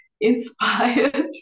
Inspired